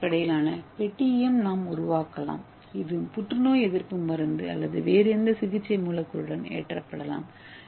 ஏ அடிப்படையிலான பெட்டியையும் நாம் உருவாக்கலாம் இது புற்றுநோய் எதிர்ப்பு மருந்து அல்லது வேறு எந்த சிகிச்சை மூலக்கூறுடனும் ஏற்றப்படலாம்